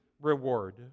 reward